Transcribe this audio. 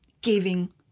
giving